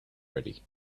ready